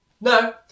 No